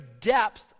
depth